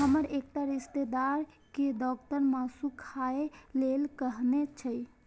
हमर एकटा रिश्तेदार कें डॉक्टर मासु खाय लेल कहने छै